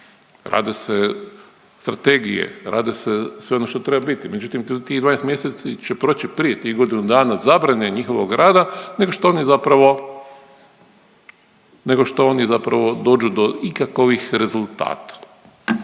rade se strategije, rade se sve ono što treba biti. Međutim tih 12 mjeseci će proći prije tih godinu dana zabrane njihovog rada nego što oni zapravo, nego što oni zapravo